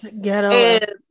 ghetto